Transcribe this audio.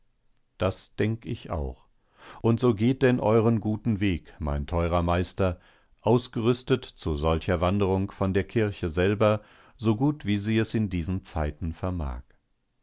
das denk ich auch und so geht denn euren guten weg mein teurer meister ausgerüstet zu solcher wanderung von der kirche selber so gut wie sie es in diesen zeiten vermag